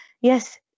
yes